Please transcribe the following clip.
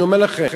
אני אומר לכם.